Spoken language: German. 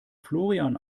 florian